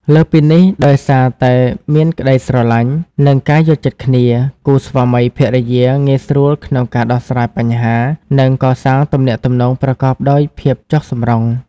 លើសពីនេះ ដោយសារតែមានក្តីស្រលាញ់ និងការយល់ចិត្តគ្នា គូស្វាមីភរិយាងាយស្រួលក្នុងការដោះស្រាយបញ្ហា និងកសាងទំនាក់ទំនងប្រកបដោយ ភាពចុះសម្រុង។